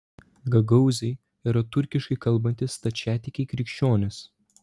gagaūzai yra turkiškai kalbantys stačiatikiai krikščionys